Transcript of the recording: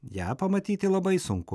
ją pamatyti labai sunku